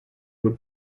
would